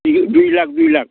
बिघायाव दुइ लाख दुइ लाख